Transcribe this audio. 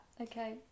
okay